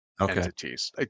entities